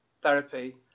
therapy